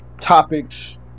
topics